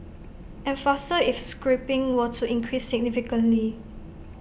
and faster if scrapping were to increase significantly